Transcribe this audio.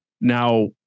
Now